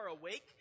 awake